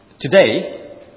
Today